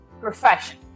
profession